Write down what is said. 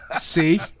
see